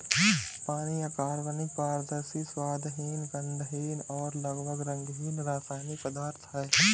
पानी अकार्बनिक, पारदर्शी, स्वादहीन, गंधहीन और लगभग रंगहीन रासायनिक पदार्थ है